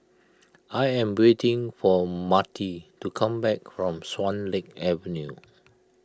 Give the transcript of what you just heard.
I am waiting for Marty to come back from Swan Lake Avenue